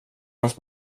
hans